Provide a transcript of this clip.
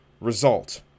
result